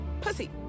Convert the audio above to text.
pussy